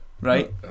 right